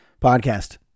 podcast